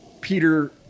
Peter